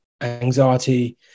anxiety